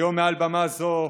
היום, מעל במה זו,